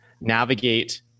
navigate